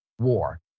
war